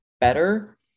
better